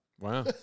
Wow